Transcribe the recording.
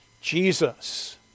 Jesus